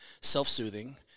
self-soothing